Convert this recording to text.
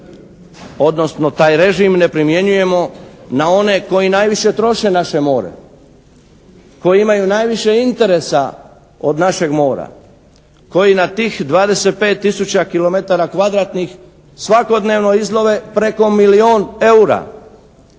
odnosno taj režim ne primjenjujemo na one koji najviše troše naše more, koji imaju najviše interesa od našeg mora, koji na tih 25 tisuća kilometara kvadratnih svakodnevno izlove preko milijun eura.